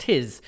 Tis